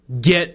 get